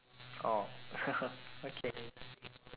orh okay